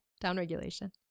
Down-regulation